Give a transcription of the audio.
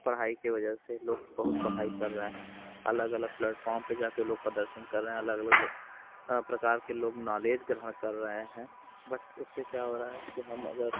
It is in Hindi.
पढ़ाई की वजह से लोग बहुत पढ़ाई कर रहे हैं अलग अलग प्लेटफाॅर्म पर जा कर लोग प्रदर्शन कर रहें अलग अलग लो प्रकार के लोग नॉलेज ग्रहण कर रहें हैं बट उससे क्या हो रहा है कि हम अगर